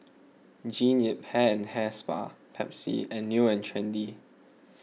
Jean Yip Hair and Hair Spa Pepsi and New and Trendy